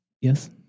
Yes